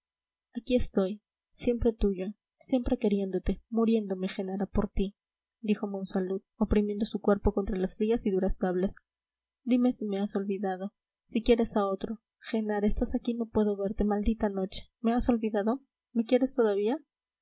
aquí estoy siempre tuyo siempre queriéndote muriéndome genara por ti dijo monsalud oprimiendo su cuerpo contra las frías y duras tablas dime si me has olvidado si quieres a otro genara estás aquí y no puedo verte maldita noche me has olvidado me quieres todavía